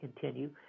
continue